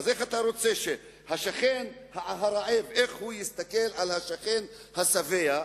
איך השכן הרעב יסתכל על השכן השבע,